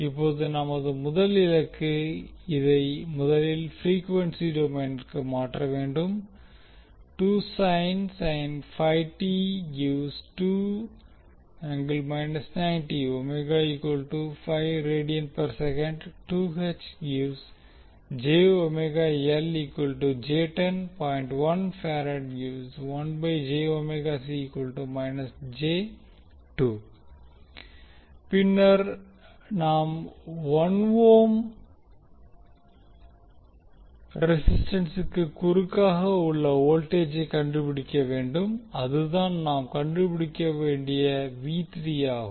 இப்போது நமது முதல் இலக்கு இதை முதலில் ப்ரீக்வென்சி டொமைனிற்கு மாற்ற வேண்டும் பின்னர் நம் 1 ஓம் ரெசிஸ்டன்சுக்கு குறுக்காக உள்ள வோல்டேஜை கண்டுபிடிக்க வேண்டும் அதுதான் நாம் கண்டுபிடிக்க வேண்டிய ஆகும்